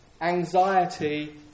anxiety